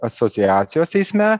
asociacijos eisme